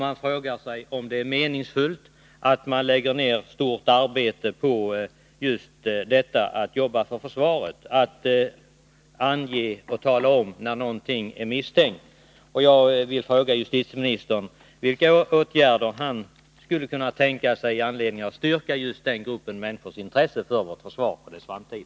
De frågar sig om deras arbete inom försvaret verkligen är meningsfullt, t.ex. de insatser som görs när de anmäler händelser som verkar misstänkta. Jag vill fråga justitieministern vilka åtgärder han kan tänka sig vidta för att stärka denna grupps intresse för försvaret och dess framtid.